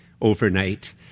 overnight